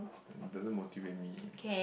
it doesn't motivate me eh